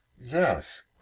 Yes